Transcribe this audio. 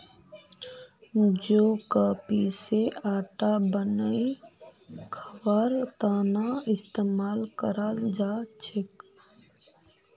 जौ क पीसे आटा बनई खबार त न इस्तमाल कराल जा छेक